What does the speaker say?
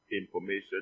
information